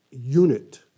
unit